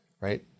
right